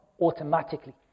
automatically